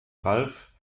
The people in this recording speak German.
ralph